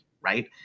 right